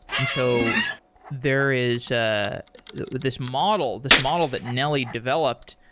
and so there is ah this model, this model that nelly developed.